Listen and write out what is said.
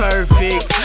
Perfect